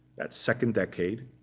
that second decade.